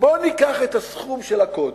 בוא ניקח את הסכום של הקודים,